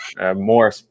more